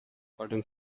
pardon